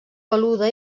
peluda